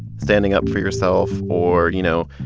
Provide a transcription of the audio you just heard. standing up for yourself or, you know,